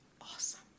awesome